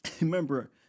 remember